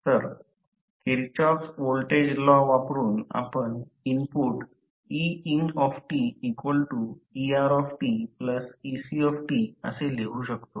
तर Kirchhoff voltage law वापरुन आपण इनपुट einteRteCअसे लिहू शकतो